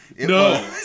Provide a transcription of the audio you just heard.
No